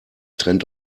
trennt